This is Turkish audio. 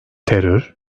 terör